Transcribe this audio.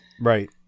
Right